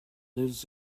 lives